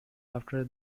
after